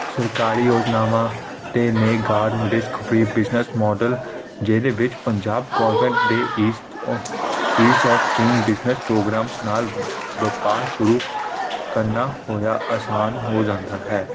ਸਰਕਾਰੀ ਯੋਜਨਾਵਾਂ ਅਤੇ ਨੇ guard risk free business model ਜਿਹਦੇ ਵਿੱਚ ਪੰਜਾਬ ਗੌਰਮੈਂਟ ਦੇ ਈਸਟ ਓ ease of doing business program ਨਾਲ ਵਪਾਰ ਸ਼ੁਰੂ ਕਰਨਾ ਹੋਇਆ ਆਸਾਨ ਹੋ ਜਾਂਦਾ ਹੈ